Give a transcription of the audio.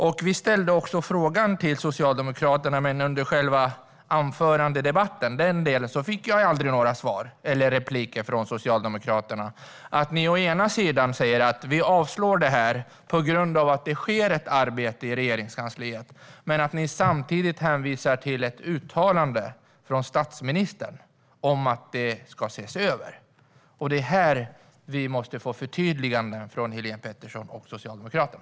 I mitt anförande frågade jag också om hur det kan komma sig att Socialdemokraterna å ena sidan säger att man vill avslå detta på grund av att det sker ett arbete i Regeringskansliet samtidigt som man å andra sidan hänvisar till ett uttalande från statsministern om att det ska ses över, men jag fick aldrig några svar i repliker med Socialdemokraterna. Här måste vi få förtydliganden av Helene Petersson i Stockaryd och Socialdemokraterna.